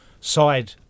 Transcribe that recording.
side